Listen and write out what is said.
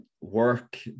work